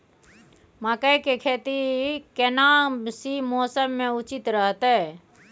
मकई के खेती केना सी मौसम मे उचित रहतय?